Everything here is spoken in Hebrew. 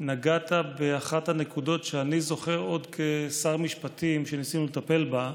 נגעת באחת הנקודות שאני זוכר שעוד כשר משפטים ניסינו לטפל בה,